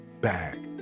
bag